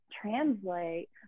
translate